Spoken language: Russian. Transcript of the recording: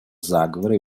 заговора